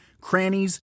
crannies